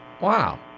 Wow